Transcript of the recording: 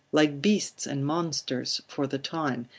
like beasts and monsters for the time,